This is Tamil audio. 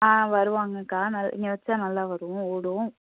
ஆ வருவாங்க அக்கா ந இங்கே வச்சா நல்லா வரும் ஓடும்